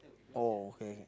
oh okay